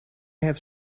have